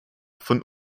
von